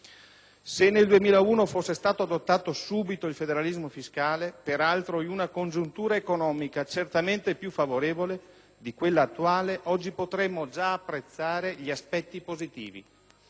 Se nel 2001 fosse stato adottato subito il federalismo fiscale, peraltro in una congiuntura economica certamente più favorevole di quella attuale, oggi potremmo già apprezzarne gli aspetti positivi.